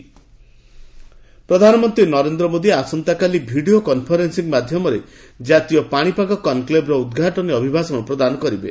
ମେଟ୍ରୋଲୋକି conclave ପ୍ରଧାନମନ୍ତ୍ରୀ ନରେନ୍ଦ୍ର ମୋଦୀ ଆସନ୍ତାକାଲି video conferencing ମାଧ୍ୟମରେ ଜାତୀୟ ପାଣିପାଗ କନ୍କ୍ଲେଭ୍ରେ ଉଦ୍ଘାଟନୀ ଅଭିଭାଷଣ ପ୍ରଦାନ କରିବେ